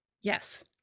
Yes